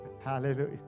Hallelujah